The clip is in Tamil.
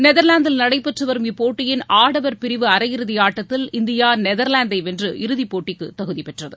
நெதர்லாந்தில் நடைபெற்றுவரும் இப்போட்டியின் ஆடவர் பிரிவு அரையிறுதிஆட்டத்தில் இந்தியா நெதர்லாந்தைவென்று இறுதிப் போட்டிக்குதகுதிபெற்றது